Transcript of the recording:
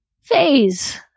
phase